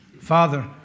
father